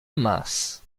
más